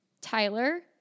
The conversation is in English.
Tyler